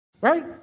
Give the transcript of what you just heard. Right